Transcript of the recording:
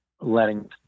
Letting